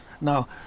Now